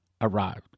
arrived